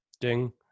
Ding